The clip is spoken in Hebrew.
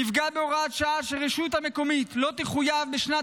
נקבע בהוראת השעה שהרשות המקומית לא תחויב בשנת